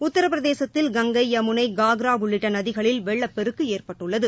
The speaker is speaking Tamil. உத்தாப்பிரதேசத்தில் கங்கை யமுனை கங்ரா உள்ளிட்ட நதிகளில் வெள்ளப்பெருக்கு ஏற்பட்டுள்ளது